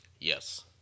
Yes